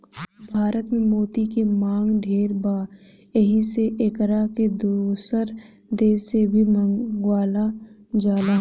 भारत में मोती के मांग ढेर बा एही से एकरा के दोसर देश से भी मंगावल जाला